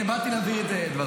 הינה, באתי להבהיר את דבריו.